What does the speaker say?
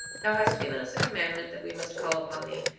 thou hast given us a commandment that we must call upon thee,